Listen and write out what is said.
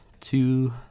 two